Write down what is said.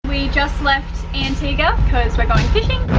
we just left antigo. cause we're going fishing.